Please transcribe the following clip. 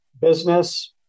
business